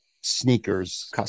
sneakers